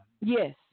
Yes